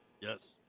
Yes